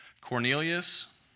Cornelius